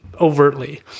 overtly